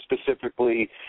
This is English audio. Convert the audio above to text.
specifically